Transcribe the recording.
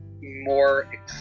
more